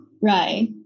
right